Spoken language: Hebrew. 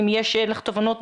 אם יש לך תובנות,